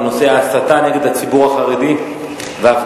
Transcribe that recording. בנושא: הסתה נגד הציבור החרדי והפגנת